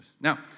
Now